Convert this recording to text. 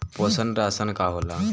पोषण राशन का होला?